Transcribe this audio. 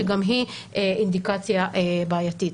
שגם היא אינדיקציה בעייתית.